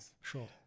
sure